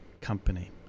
company